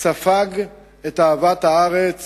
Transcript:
ספג את אהבת הארץ